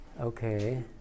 Okay